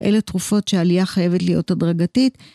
אלה תרופות שהעלייה חייבת להיות הדרגתית.